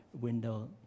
window